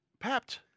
papped